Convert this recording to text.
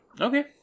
Okay